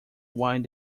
wine